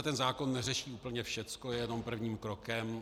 Tenhle zákon neřeší úplně všecko, je jenom prvním krokem.